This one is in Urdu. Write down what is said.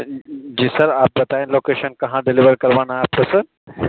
جی سر آپ بتائیں لوکیشن کہاں ڈلیور کروانا ہے آپ کو سر